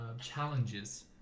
challenges